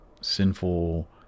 sinful